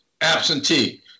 absentee